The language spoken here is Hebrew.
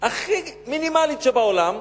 הכי מינימלית שבעולם,